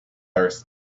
thirsty